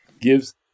gives